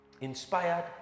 inspired